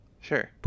sure